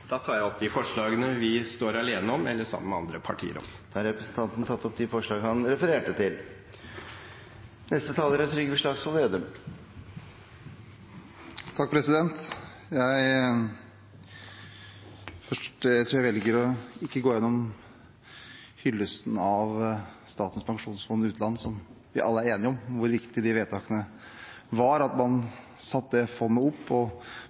de forslagene vi står alene eller sammen med andre partier om. Da har representanten Syversen tatt opp de forslagene han refererte til. Jeg tror jeg velger ikke å gå igjennom hyllesten av Statens pensjonsfond utland, for vi er alle enige om hvor viktige vedtakene var om å sette opp fondet, og hvor viktig det er at vi har en langsiktighet og